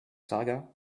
saga